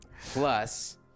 plus